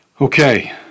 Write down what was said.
Okay